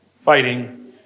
fighting